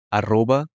arroba